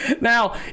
Now